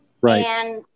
Right